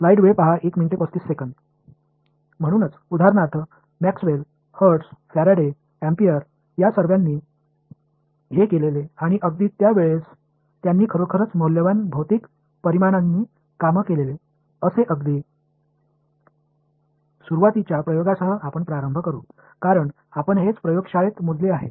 म्हणूनच उदाहरणार्थ Maxwell Hertz Faraday Ampere या सर्वांनी हे केलेले आणि अगदी त्या वेळेस त्यांनी खरोखरच मौल्यवान भौतिक परिमाणांनी काम केलेले असे अगदी सुरुवातीच्या प्रयोगांसह आपण प्रारंभ करू कारण आपण हेच प्रयोगशाळेत मोजले आहे